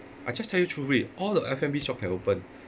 I just tell you truly all the F and B shop can open